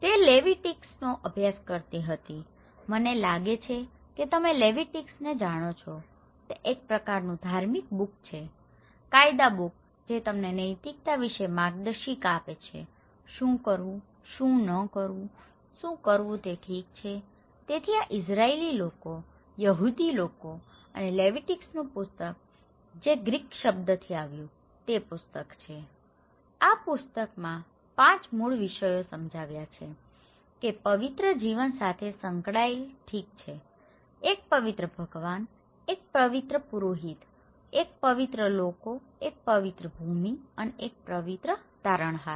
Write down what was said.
તે લેવિટીકસનો અભ્યાસ કરતી હતી મને લાગે છે કે તમે લેવિટીકસને જાણો છો તે એક પ્રકારનું ધાર્મિક બુક છે કાયદા બુક જે તમને નૈતિકતા વિશે માર્ગદર્શિકા આપે છે શું કરવું શું ન કરવું શું કરવું તે ઠીક છે તેથી આ ઇઝરાયલી લોકો યહૂદીઓ લોકો અને લેવિટીકસનું પુસ્તક જે ગ્રીક શબ્દથી આવ્યું છે તે પુસ્તક છે આ પુસ્તકમાં પાંચ મૂળ વિષયો સમજાવ્યા છે કે પવિત્ર જીવન સાથે સંકળાયેલ ઠીક છે એક પવિત્ર ભગવાન એક પવિત્ર પુરોહિત એક પવિત્ર લોકો એક પવિત્ર ભૂમિ અને પવિત્ર તારણહાર